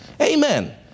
Amen